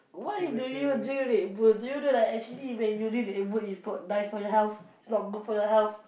why do you drink Redbull do you don't know actually when you drink Redbull it's called die for your health it's not good for your health